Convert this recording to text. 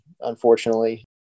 unfortunately